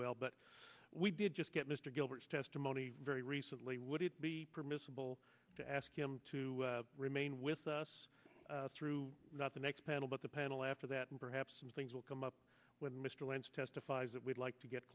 well but we did just get mr gilbert's testimony very recently would it be permissible to ask him to remain with us through not the next panel but the panel after that and perhaps things will come up with mr lance testifies that we'd like to get